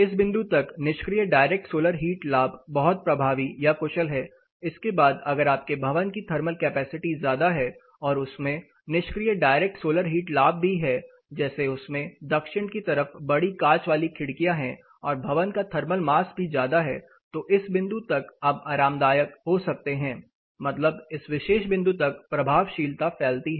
इस बिंदु तक निष्क्रिय डायरेक्ट सौलर हीट लाभ बहुत प्रभावी या कुशल है इसके बाद अगर आपके भवन की थर्मल कैपेसिटी ज्यादा है और उसमें निष्क्रिय डायरेक्ट सौलर हीट लाभ भी है जैसे उसमें दक्षिण की तरफ बड़ी कांच वाली खिड़कियां है और भवन का थर्मल मास भी ज्यादा है तो इस बिंदु तक आप आरामदायक हो सकते हैं मतलब इस विशेष बिंदु तक प्रभावशीलता फैलती है